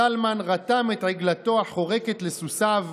זלמן רתם את עגלתו החורקת לסוסיו,